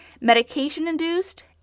medication-induced